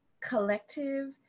collective